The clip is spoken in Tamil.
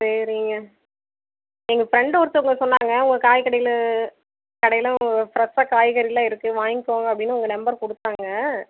சரிங்க எங்கள் ஃப்ரெண்டு ஒருத்தங்க சொன்னாங்க உங்கள் காய் கடையில் கடையில் ஃப்ரெஷ்ஷாக காய்கறிலாம் இருக்குது வாங்கிக்கோங்க அப்படின்னு உங்கள் நம்பர் கொடுத்தாங்க